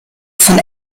von